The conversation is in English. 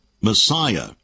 Messiah